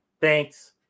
Thanks